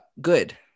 good